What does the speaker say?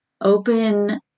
open